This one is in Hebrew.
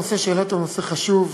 הנושא שהעלית הוא נושא חשוב.